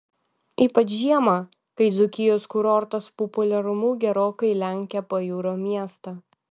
ypač žiemą kai dzūkijos kurortas populiarumu gerokai lenkia pajūrio miestą